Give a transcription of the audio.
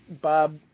bob